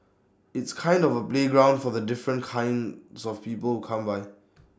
it's kind of A playground for the different kinds of people who come by